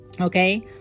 okay